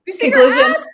Conclusion